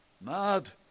Mad